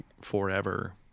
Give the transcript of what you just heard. forever